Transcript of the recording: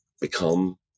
become